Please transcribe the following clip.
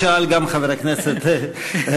שאל גם חבר הכנסת רותם.